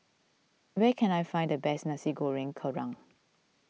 where can I find the best Nasi Goreng Kerang